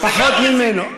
פחות ממנו.